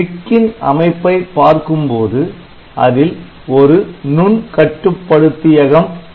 PICன் அமைப்பை பார்க்கும் போது அதில் ஒரு நுண் கட்டுப்படுத்தியகம் உள்ளது